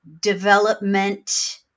development